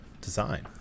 design